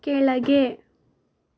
ಕೆಳಗೆ